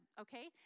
okay